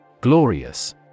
Glorious